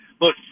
look